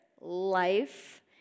Life